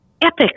epic